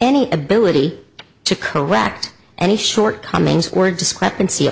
any ability to correct any shortcomings or discrepancy